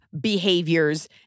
behaviors